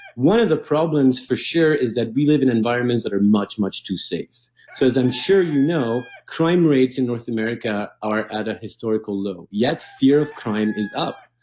one of the problems for sure is that we live in environments that are much, much too safe. so, as i'm sure you know, crime rates in north america are at a historical low, yet fear of crime is up.